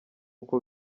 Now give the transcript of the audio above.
uko